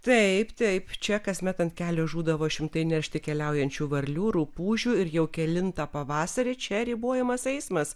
taip taip čia kasmet ant kelio žūdavo šimtai neršti keliaujančių varlių rupūžių ir jau kelintą pavasarį čia ribojamas eismas